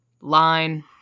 Line